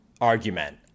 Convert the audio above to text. argument